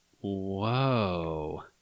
Whoa